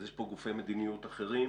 אז יש פה גופי מדיניות אחרים,